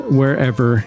wherever